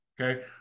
okay